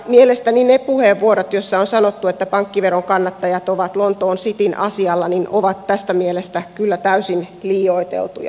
mielestäni ne puheenvuorot joissa on sanottu että pankkiveron kannattajat ovat lontoon cityn asialla ovat tässä mielessä kyllä täysin liioiteltuja